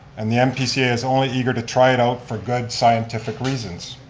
and the npca is only eager to try it out for good scientific reasons.